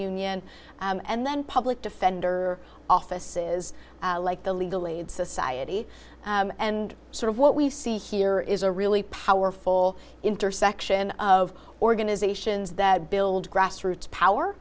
union and then public defender office is like the legal aid society and sort of what we've see here is a really powerful intersection of organizations that build grassroots power